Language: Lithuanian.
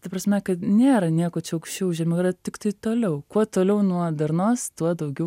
ta prasme kad nėra nieko čia aukščiau žemiau yra tiktai toliau kuo toliau nuo darnos tuo daugiau